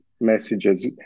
messages